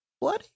Bloody